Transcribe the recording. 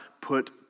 put